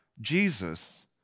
Jesus